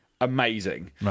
amazing